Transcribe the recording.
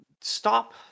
Stop